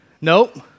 Nope